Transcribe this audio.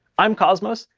i'm cosmos,